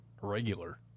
regular